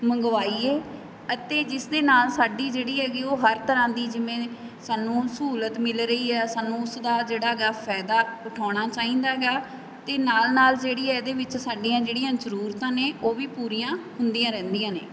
ਮੰਗਵਾਈਏ ਅਤੇ ਜਿਸ ਦੇ ਨਾਲ ਸਾਡੀ ਜਿਹੜੀ ਹੈਗੀ ਉਹ ਹਰ ਤਰ੍ਹਾਂ ਦੀ ਜਿਵੇਂ ਸਾਨੂੰ ਸਹੂਲਤ ਮਿਲ ਰਹੀ ਹੈ ਸਾਨੂੰ ਉਸ ਦਾ ਜਿਹੜਾ ਗਾ ਫਾਇਦਾ ਉਠਾਉਣਾ ਚਾਹੀਦਾ ਹੈਗਾ ਅਤੇ ਨਾਲ ਨਾਲ ਜਿਹੜੀ ਇਹਦੇ ਵਿੱਚ ਸਾਡੀਆਂ ਜਿਹੜੀਆਂ ਜ਼ਰੂਰਤਾਂ ਨੇ ਉਹ ਵੀ ਪੂਰੀਆਂ ਹੁੰਦੀਆਂ ਰਹਿੰਦੀਆਂ ਨੇ